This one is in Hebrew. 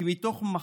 כי מתוך מחלוקת